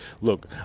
look